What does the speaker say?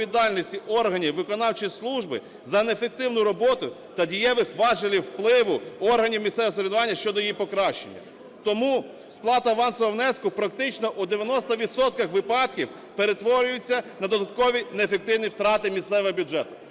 органів виконавчої служби за неефективну роботу та дієвих важелів впливу органів місцевого самоврядування щодо її покращення. Тому сплата авансового внеску практично у 90 відсотках випадків перетворюється на додаткові неефективні втрати місцевого бюджету.